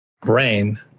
brain